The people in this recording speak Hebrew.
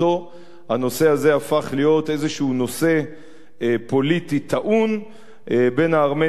הנושא הזה הפך להיות איזה נושא פוליטי טעון בין הארמנים לטורקים,